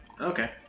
Okay